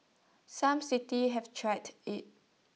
some cities have tried IT